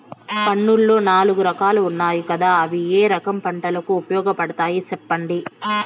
మన్నులో నాలుగు రకాలు ఉన్నాయి కదా అవి ఏ రకం పంటలకు ఉపయోగపడతాయి చెప్పండి?